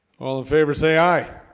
well in favor say aye